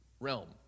Realm